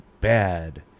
bad